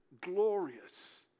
glorious